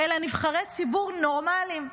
אלא נבחרי ציבור נורמליים,